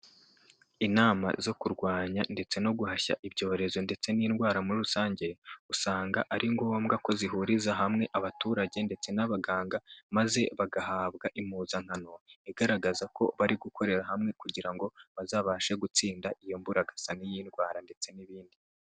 Inama zo kurwanya ndetse no guhashya ibyorezo ndetse n'indwara muri rusange, usanga ari ngombwa ko zihuriza hamwe abaturage ndetse n'abaganga maze bagahabwa impuzankano, igaragaza ko bari gukorera hamwe kugira ngo bazabashe gutsinda iyo mburagasa y'indwara ndetse n'ibindi.